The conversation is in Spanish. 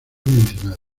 mencionada